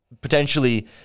potentially